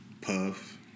Puff